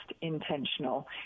intentional